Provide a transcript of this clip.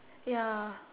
ya